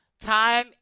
Time